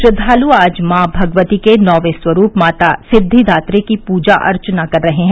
श्रद्वालु आज मॉ भगवती के नौवें स्वरूप माता सिद्विदात्री की पूजा अर्चना कर रहे हैं